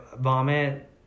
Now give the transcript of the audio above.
vomit